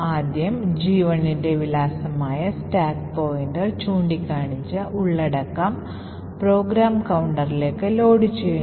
ആദ്യം G1 ന്റെ വിലാസമായ സ്റ്റാക്ക് പോയിന്റർ ചൂണ്ടിക്കാണിച്ച ഉള്ളടക്കം പ്രോഗ്രാം കൌണ്ടറിലേക്ക് ലോഡുചെയ്യുന്നു